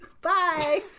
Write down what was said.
Bye